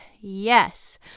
yes